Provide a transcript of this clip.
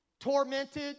tormented